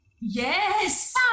Yes